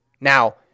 Now